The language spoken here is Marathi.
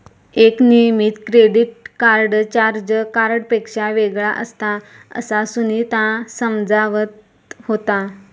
एक नियमित क्रेडिट कार्ड चार्ज कार्डपेक्षा वेगळा असता, असा सुनीता समजावत होता